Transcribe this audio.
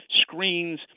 screens